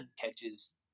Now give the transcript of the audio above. catches